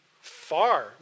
far